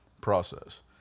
process